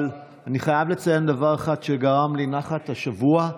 אבל אני חייב לציין דבר אחד שגרם לי נחת השבוע: